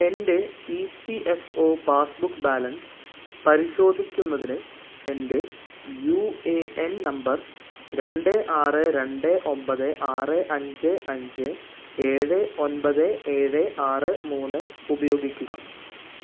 എന്റെ E P F O passbook balance പരിശോധിക്കുന്നതിന് എന്റെ യു എ എൻ നമ്പർ രണ്ട് ആറ് രണ്ട് ഒമ്പത് ആറ് അഞ്ച് അഞ്ച് ഏഴ് ഒമ്പത് ഏഴ് ആറ് മൂന്ന് ഉപയോഗിക്കുക